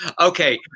Okay